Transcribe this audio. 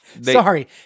sorry